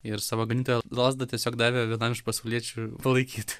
ir savo ganytojo lazdą tiesiog davė vienam iš pasauliečių palaikyt